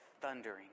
thundering